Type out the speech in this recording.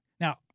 Now